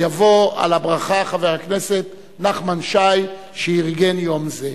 יבוא על הברכה חבר הכנסת נחמן שי, שארגן יום זה.